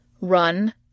run